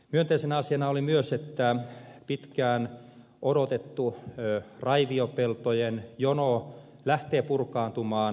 myönteisenä asiana oli myös että pitkään odotettu raiviopeltojen jono lähtee purkaantumaan